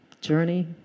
journey